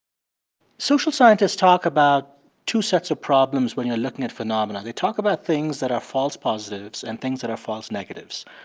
social scientists talk about two sets of problems when you're looking at phenomena. they talk about things that are false positives and things that are false negatives.